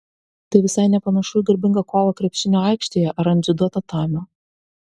tai visai nepanašu į garbingą kovą krepšinio aikštėje ar ant dziudo tatamio